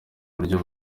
buryo